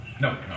No